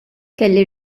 kelli